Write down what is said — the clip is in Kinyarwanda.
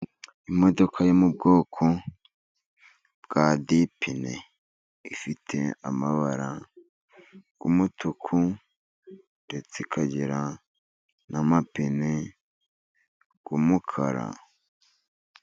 Imodoka yo mu bwoko bwa dipine, ifite amabara y'umutuku ndetse ikagira n'amapine y'umukara.